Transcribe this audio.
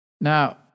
Now